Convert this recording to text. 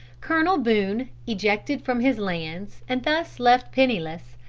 colonel boone, ejected from his lands and thus left penniless,